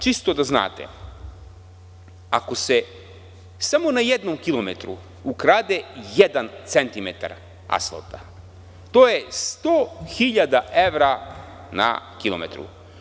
Čisto da znate, ako se samo na jednom kilometru ukrade jedan centimetar asfalta, to je 100 hiljada evra na kilometru.